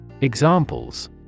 Examples